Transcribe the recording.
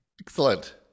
Excellent